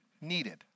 needed